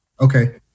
Okay